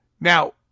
Now